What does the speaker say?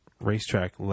racetrack